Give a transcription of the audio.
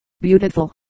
beautiful